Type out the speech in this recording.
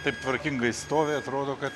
taip tvarkingai stovi atrodo kad